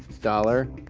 dollar,